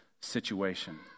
situation